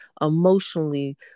emotionally